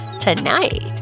Tonight